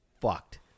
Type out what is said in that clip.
fucked